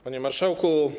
Panie Marszałku!